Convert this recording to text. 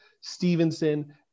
Stevenson